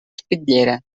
espitllera